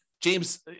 James